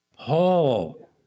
Paul